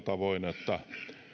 tavoin että